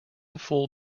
full